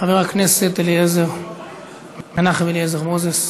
חבר הכנסת מנחם אליעזר מוזס.